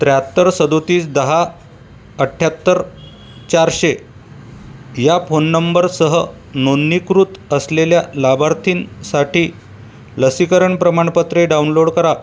त्र्याहत्तर सदतीस दहा अठ्याहत्तर चारशे या फोन नंबरसह नोंदणीकृत असलेल्या लाभार्थींसाठी लसीकरण प्रमाणपत्रे डाउनलोड करा